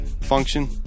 function